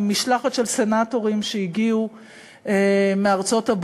משלחת של סנטורים שהגיעו מארצות-הברית.